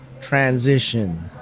transition